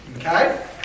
Okay